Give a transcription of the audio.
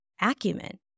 acumen